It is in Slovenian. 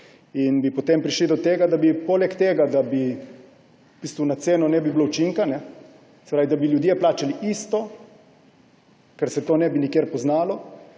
in bi potem prišli do tega, da bi poleg tega, da na ceno ne bi bilo učinka, se pravi, da bi ljudje plačali isto, ker se to ne bi nikjer poznalo,